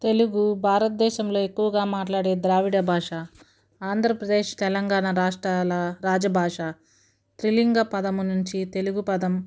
తెలుగు భారతదేశంలో ఎక్కువగా మాట్లాడే ద్రావిడ భాష ఆంధ్రప్రదేశ్ తెలంగాణ రాష్ట్రాల రాజభాష త్రిలింగ పదము నుంచి తెలుగు పదం